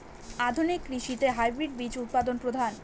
আধুনিক কৃষিতে হাইব্রিড বীজ উৎপাদন প্রধান